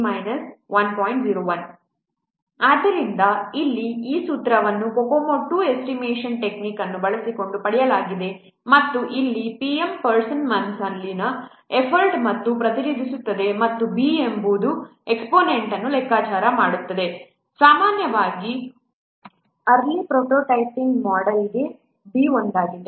01 ಆದ್ದರಿಂದ ಇಲ್ಲಿ ಈ ಸೂತ್ರವನ್ನು COCOMO 2 ಎಸ್ಟಿಮೇಷನ್ ಟೆಕ್ನಿಕ್ ಅನ್ನು ಬಳಸಿಕೊಂಡು ಪಡೆಯಲಾಗಿದೆ ಮತ್ತು ಇಲ್ಲಿ PM ಪರ್ಸನ್ ಮಂತ್ಸ್ ಅಲ್ಲಿನ ಎಫರ್ಟ್ ಅನ್ನು ಪ್ರತಿನಿಧಿಸುತ್ತದೆ ಮತ್ತು B ಎಂಬುದು ಎಕ್ಸ್ಪೋನೆಂಟ್ ಅನ್ನು ಲೆಕ್ಕಾಚಾರ ಮಾಡುತ್ತದೆ ಸಾಮಾನ್ಯವಾಗಿ ಆರ್ಲಿ ಪ್ರೋಟೋಟೈಪ್ಯಿಂಗ್ ಮೋಡೆಲ್ಗೆ B ಒಂದಾಗಿದೆ